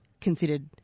considered